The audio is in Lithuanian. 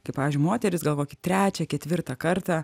kai pavyzdžiui moteris gal kokį trečią ketvirtą kartą